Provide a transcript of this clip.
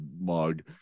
mug